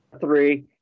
three